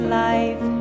life